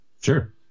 Sure